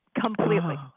Completely